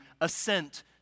assent